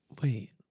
Wait